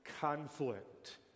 conflict